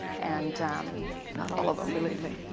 and um not all of them, believe me.